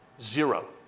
zero